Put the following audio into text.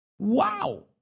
Wow